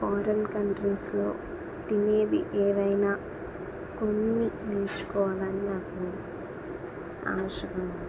foreign కంట్రీస్లో తినేవి ఏమైన కొన్ని నేర్చుకోవాలని నాకు ఆశగా ఉంది